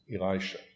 Elisha